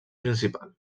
principal